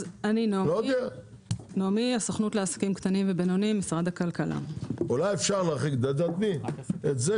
אם רוצים למחוק, אפשר למחוק את התוספת.